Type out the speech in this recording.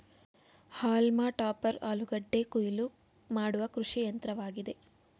haulm topper ಆಲೂಗೆಡ್ಡೆ ಕುಯಿಲು ಮಾಡುವ ಕೃಷಿಯಂತ್ರವಾಗಿದೆ